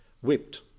whipped